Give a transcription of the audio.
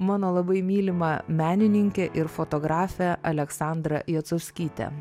mano labai mylima menininke ir fotografe aleksandra jacovskyte